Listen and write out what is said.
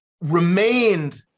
remained